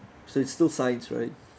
so it's still science right